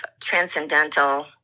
transcendental